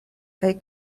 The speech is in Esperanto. kaj